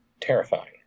terrifying